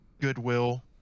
goodwill